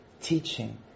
teaching